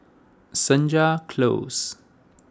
Senja Close